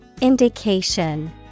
Indication